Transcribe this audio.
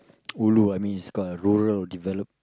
ulu I mean it's got a rural developed